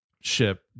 ship